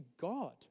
God